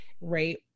right